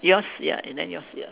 yours ya and then yours ya